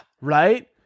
right